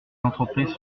entreprises